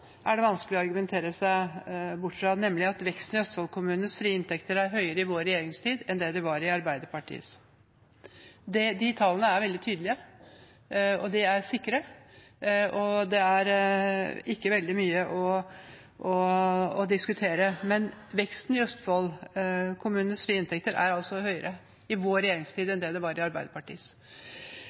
er det vanskelig å argumentere seg bort fra, nemlig at veksten i Østfold-kommunenes frie inntekter er høyere i vår regjeringstid enn det den var i Arbeiderpartiets. De tallene er veldig tydelige, de er sikre, og det er ikke veldig mye å diskutere. Veksten i Østfold-kommunenes frie inntekter er altså høyere i vår regjeringstid enn det den var i Arbeiderpartiets.